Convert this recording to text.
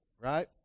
right